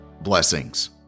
blessings